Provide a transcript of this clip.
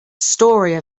story